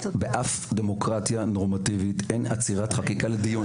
באף דמוקרטיה נורמטיבית אין עצירת חקיקה לשם קיום דיון.